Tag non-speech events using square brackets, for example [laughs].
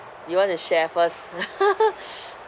do you want to share first [laughs]